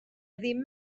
ddim